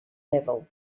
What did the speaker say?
level